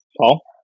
Paul